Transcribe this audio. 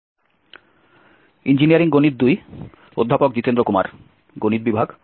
নমস্কার ইঞ্জিনিয়ারিং গণিত 2 এর বক্তৃতায় পুনরায় স্বাগত